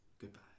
Goodbye